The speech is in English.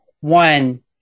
One